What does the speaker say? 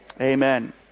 Amen